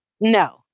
No